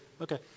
Okay